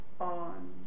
on